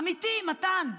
אמיתי, מתן,